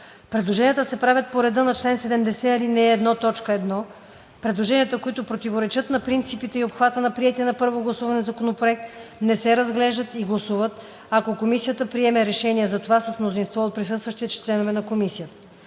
Предложенията се правят по реда на чл. 70, ал. 1, т. 1. Предложенията, които противоречат на принципите и обхвата на приетия на първо гласуване законопроект, не се разглеждат и гласуват, ако комисията приеме решение за това с мнозинство от присъстващите членове на комисията.